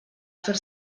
fer